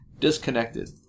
disconnected